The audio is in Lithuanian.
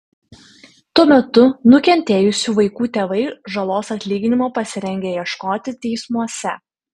tuo metu nukentėjusių vaikų tėvai žalos atlyginimo pasirengę ieškoti teismuose